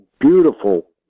beautiful